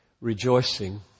rejoicing